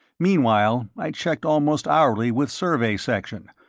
meanwhile, i checked almost hourly with survey section,